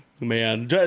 Man